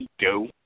go